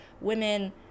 women